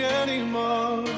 anymore